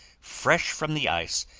fresh from the ice,